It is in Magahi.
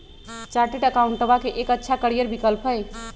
चार्टेट अकाउंटेंटवा के एक अच्छा करियर विकल्प हई